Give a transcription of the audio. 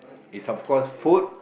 is of course food